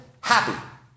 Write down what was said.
happy